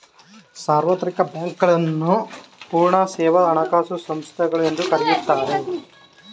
ಸಾರ್ವತ್ರಿಕ ಬ್ಯಾಂಕ್ ನ್ನು ಪೂರ್ಣ ಸೇವಾ ಹಣಕಾಸು ಸಂಸ್ಥೆಗಳು ಎಂದು ಕರೆಯುತ್ತಾರೆ